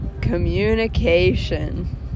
communication